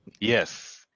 Yes